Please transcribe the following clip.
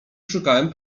szukałem